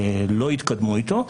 לא יתקדמו איתו.